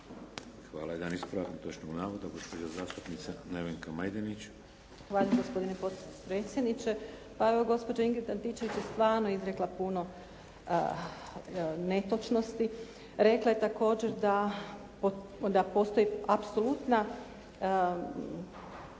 Hvala. Jedan ispravak netočnog navoda. Gospođa zastupnica Nevenka Majdenić. **Majdenić, Nevenka (HDZ)** Zahvaljujem, gospodine potpredsjedniče. Pa evo, gospođa Ingrid Antičević je stvarno izrekla puno netočnosti. Rekla je također da postoji apsolutna